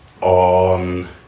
on